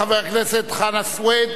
חבר הכנסת חנא סוייד,